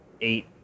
eight